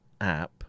app